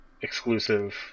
exclusive